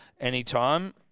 anytime